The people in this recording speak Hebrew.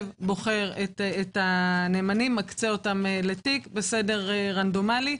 הוא מקצה את הנאמנים לתיק בסדר רנדומלי.